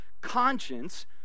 conscience